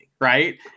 right